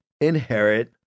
inherit